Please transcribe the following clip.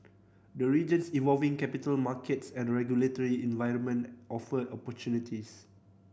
the region's evolving capital markets and regulatory environment offer opportunities